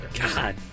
God